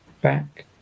back